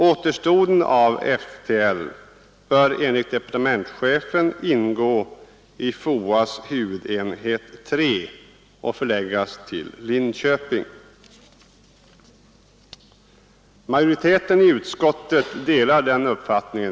Äterstoden av FTL bör enligt departementschefen ingå i FOA :s huvudenhet 3 och förläggas till Linköping. Majoriteten i utskottet delar denna uppfattning.